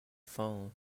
phone